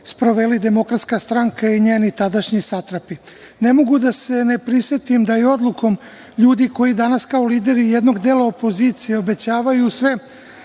sproveli DS i njeni tadašnji satrapi. Ne mogu da se ne prisetim da je odlukom ljudi koji danas kao lideri jednog dela opozicije obećavaju sve